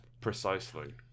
Precisely